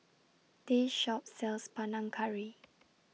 This Shop sells Panang Curry